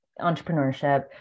entrepreneurship